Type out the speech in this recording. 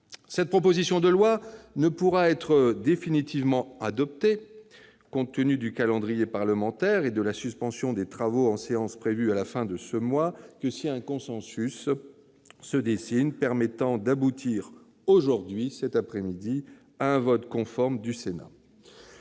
Cette proposition de loi ne pourra être définitivement adoptée, compte tenu du calendrier parlementaire et de la suspension des travaux en séance publique à compter de la fin de ce mois, que si un consensus se dessine, permettant d'aboutir, aujourd'hui même, à un vote conforme du Sénat.